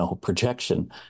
projection